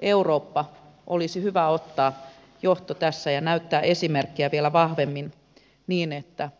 euroopan olisi hyvä ottaa johto tässä ja näyttää esimerkkiä vielä vahvemmin niin että